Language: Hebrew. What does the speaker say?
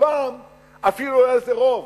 הפעם אפילו לא היה לזה רוב,